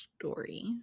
story